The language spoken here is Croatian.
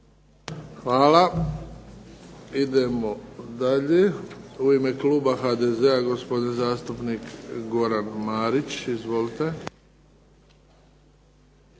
Hvala. Idemo dalje. U ime kluba HDZ-a, gospodin zastupnik Goran Marić. Izvolite.